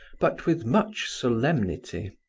but with much solemnity.